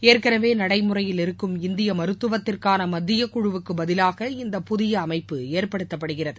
ஏற்கனவே நடைமுறையில் இருக்கும் இந்திய மருத்துவத்துவத்துக்கான மத்திய குழுவுக்குப் பதிலாக இந்த புதிய அமைப்பு ஏற்படுத்தப்படுகிறது